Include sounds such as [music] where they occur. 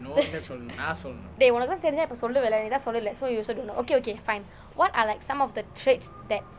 [laughs] dey உனக்கு தான் தெரிஞ்சா இப்போ சொல்லுவா இல்ல நீ தான் சொல்லலை:unakku thaan therinjaa ippo solluvaa illa ni thaan sollalai so you also don't know okay okay fine what are like some of the traits that